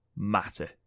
matter